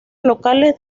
locales